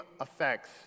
effects